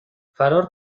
فرار